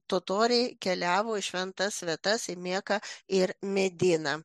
totoriai keliavo į šventas vietas į meką ir mediną